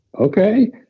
okay